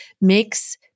makes